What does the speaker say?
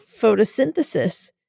Photosynthesis